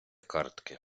картки